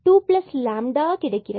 2 plus lambda கிடைக்கிறது